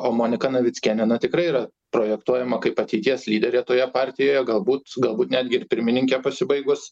o monika navickienė na tikrai yra projektuojama kaip ateities lyderė toje partijoje galbūt galbūt netgi ir pirmininkė pasibaigus